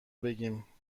بگیم